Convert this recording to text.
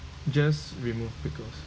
just remove pickles